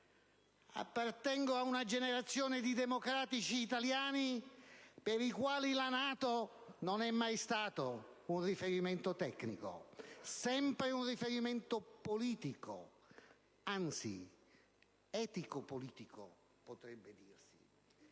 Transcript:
Appartengo ad una generazione di democratici italiani per i quali la NATO non è mai stata un riferimento tecnico, ma sempre un riferimento politico, anzi etico- politico, potrebbe dirsi.